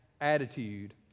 attitude